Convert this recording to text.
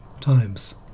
times